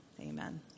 Amen